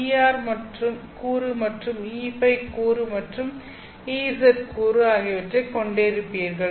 Er கூறு மற்றும் EØ கூறு மற்றும் Ez கூறு ஆகியவற்றைக் கொண்டிருப்பீர்கள்